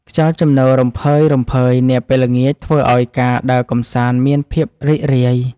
ខ្យល់ជំនោររំភើយៗនាពេលល្ងាច ធ្វើឱ្យការដើរកម្សាន្តមានភាពរីករាយ។